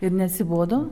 ir neatsibodo